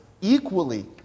equally